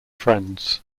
friends